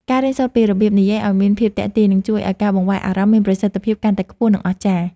ការរៀនសូត្រពីរបៀបនិយាយឱ្យមានភាពទាក់ទាញនឹងជួយឱ្យការបង្វែរអារម្មណ៍មានប្រសិទ្ធភាពកាន់តែខ្ពស់ និង អស្ចារ្យ។